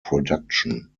production